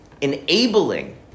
enabling